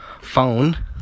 phone